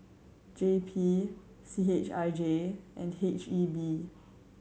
J P C H I J and H E B